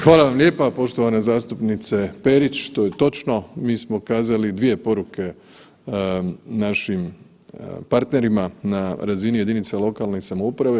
Hvala vam lijepa, poštovana zastupnice Perić to je točno, mi smo kazali dvije poruke našim partnerima na razini jedinica lokalne samouprave.